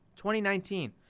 2019